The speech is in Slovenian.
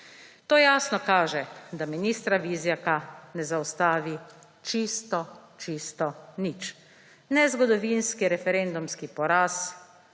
To jasno kaže, da ministra Vizjaka ne zaustavi čisto, čisto nič; ne zgodovinski referendumski poraz,